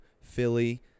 Philly